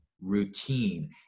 routine